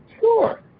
Sure